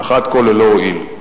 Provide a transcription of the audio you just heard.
אך עד כה ללא הועיל.